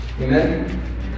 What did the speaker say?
Amen